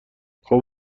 خوب